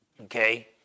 Okay